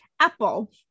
Apple